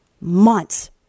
months